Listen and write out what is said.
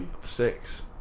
Six